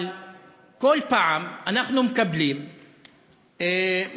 אבל כל פעם אנחנו מקבלים מקרים